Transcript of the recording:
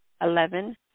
Eleven